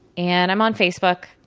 and i'm on facebook.